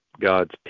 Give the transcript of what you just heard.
God's